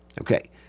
Okay